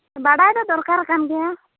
ᱵᱟᱰᱟᱭ ᱫᱚ ᱫᱚᱨᱠᱟᱨ ᱠᱟᱱ ᱜᱮᱭᱟ